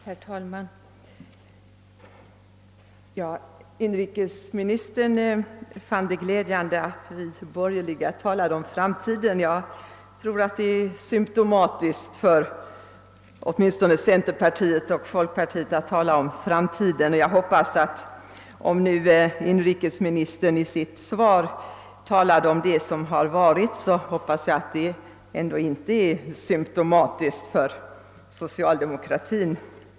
Herr talman! Inrikesministern fann det glädjande att vi bland de borgerliga talade om framtiden. Jag tycker att det är symptomatiskt för åtminstone centerpartiet och folkpartiet att tala om framtiden. När inrikesministern i sitt svar talade om det förgångna, skall jag då ta detta som symptomatiskt för socialdemokratin?